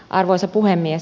arvoisa puhemies